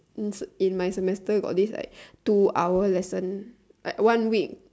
in in my semester got this like two hour lesson like one week